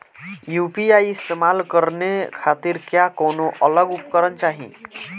UPI इस्तेमाल करने खातिर क्या कौनो अलग उपकरण चाहीं?